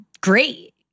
great